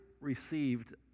received